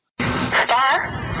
Star